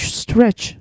stretch